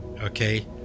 okay